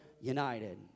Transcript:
united